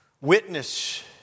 witness